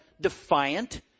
defiant